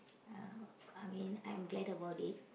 uh I mean I'm glad about it